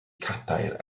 cadair